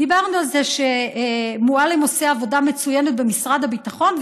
דיברנו על זה שמועלם עושה עבודה מצוינת במשרד הביטחון,